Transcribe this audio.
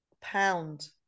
Pound